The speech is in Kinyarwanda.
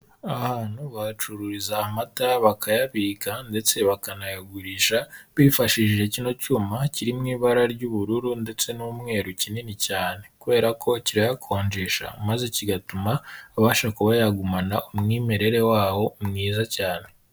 Ahantu bahacururiza amata bakayabika ndetse bakanayagurisha bifashishije kino cyuma kiri mu ibara ry'ubururu ndetse n'umweru kinini cyane kubera ko kirayakonjesha maze kigatuma abasha kuba yagumana umwimerere wawo mwiza cyane.